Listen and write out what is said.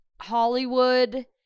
Hollywood